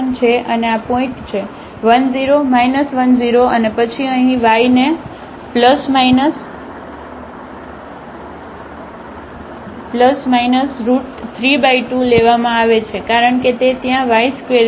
અને આ પોઇન્ટ છે 1 0 10 અને પછી અહીં y ને32 લેવામાં આવે છે કારણ કે તે ત્યાં y2 છે